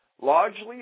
Largely